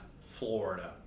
Florida